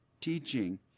teaching